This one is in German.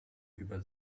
über